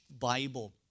Bible